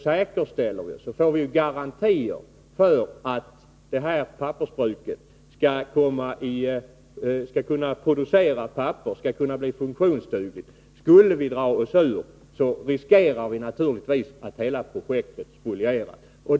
Därmed skapas garantier för att pappersbruket i fråga blir funktionsdugligt och kan producera papper. Drar vi oss ur finns det risk för att hela projektet spolieras.